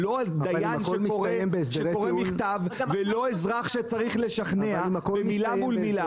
לא דיין שקורא מכתב ולא אזרח שצריך לשכנע מילה מול מילה.